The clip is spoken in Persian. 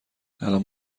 الان